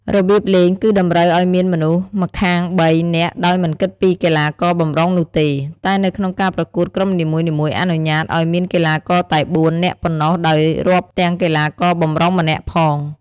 របៀបលេង គឺតម្រូវអោយមានមនុស្សម្ខាង ៣ នាក់ដោយមិនគិតពីកីឡាករបម្រុងនោះទេ តែនៅក្នុងការប្រកួតក្រុមនីមួយៗអនុញ្ញាតឲ្យមានកីឡាករតែ ៤ នាក់ប៉ុណ្ណោះដោយរាប់ទាំងកីឡាករបម្រុងម្នាក់ផង ។